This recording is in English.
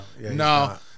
No